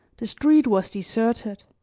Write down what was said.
the street was deserted,